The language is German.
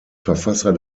verfasser